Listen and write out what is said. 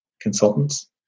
Consultants